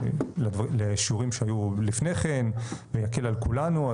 לשיעורים שהיו לפני כן ויקל על כולנו.